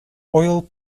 oil